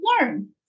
learn